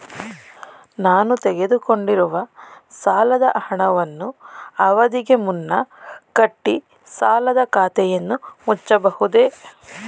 ನಾನು ತೆಗೆದುಕೊಂಡಿರುವ ಸಾಲದ ಹಣವನ್ನು ಅವಧಿಗೆ ಮುನ್ನ ಕಟ್ಟಿ ಸಾಲದ ಖಾತೆಯನ್ನು ಮುಚ್ಚಬಹುದೇ?